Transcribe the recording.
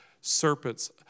serpents